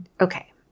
okay